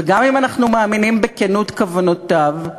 וגם אם אנחנו מאמינים בכנות כוונותיו,